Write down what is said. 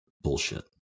bullshit